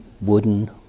wooden